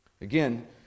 Again